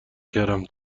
کردم